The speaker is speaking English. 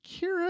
Kira